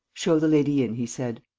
show the lady in, he said.